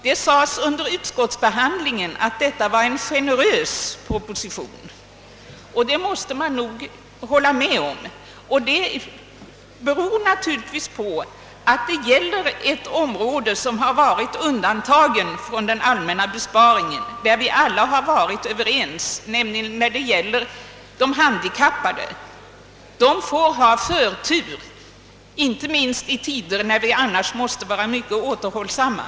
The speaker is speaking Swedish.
Det sades under utskottsbehandlingen att detta var en generös proposition. Det måste man nog hålla med om. Detta beror naturligtvis på att det här gäller de handikappade; vi har alla varit överens om att åtgärder för de handikappade skall vara undantagna från den allmänna besparingen. De handikappade skall ha förtur, inte minst i tider när vi eljest måste vara mycket återhållsamma.